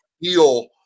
feel